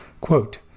Quote